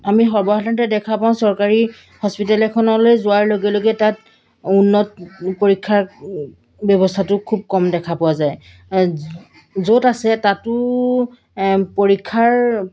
আমি সৰ্বসাধাৰণতে দেখা পাওঁ চৰকাৰী হস্পিটেল এখনলৈ যোৱাৰ লগে লগে তাত উন্নত পৰীক্ষাৰ ব্যৱস্থাটো খুব কম দেখা পোৱা যায় য'ত আছে তাতো পৰীক্ষাৰ